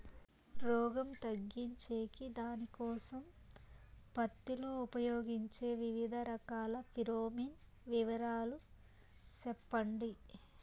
రోగం తగ్గించేకి దానికోసం పత్తి లో ఉపయోగించే వివిధ రకాల ఫిరోమిన్ వివరాలు సెప్పండి